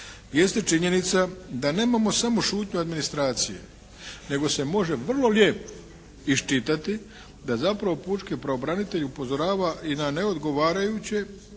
jeste činjenica da nemamo samo šutnju administracije nego se može vrlo lijepo iščitati da zapravo pučki pravobranitelj upozorava i na neodgovarajuće